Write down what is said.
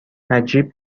نجیب